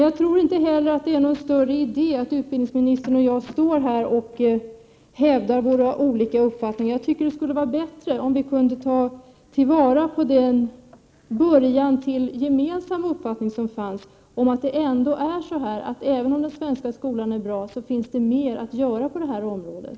Jag tror inte att det är någon större idé att statsrådet och jag står här och hävdar våra olika uppfattningar. Jag tycker att det skulle vara bättre om vi kunde ta vara på den början till en gemensam uppfattning som fanns om att det, även om den svenska skolan är bra, finns mer att göra på det här området.